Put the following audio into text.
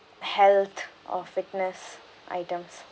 health or fitness items